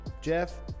Jeff